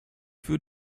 für